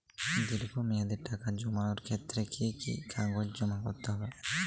দীর্ঘ মেয়াদি টাকা জমানোর ক্ষেত্রে কি কি কাগজ জমা করতে হবে?